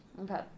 Okay